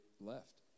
left